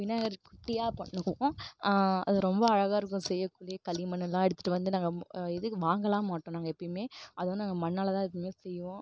விநாயகர் குட்டியாக பண்ணுவோம் அது ரொம்ப அழகாக இருக்கும் செய்யக்குள்ளேயே களிமண் எல்லாம் எடுத்துட்டு வந்து நாங்கள் ரொம்ப இதுக்கு வாங்கெல்லாம் மாட்டோம் நாங்கள் எப்பவுமே அது வந்து நாங்கள் மண்ணால் தான் எப்பவுமே செய்வோம்